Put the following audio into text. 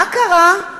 מה קרה?